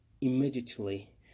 immediately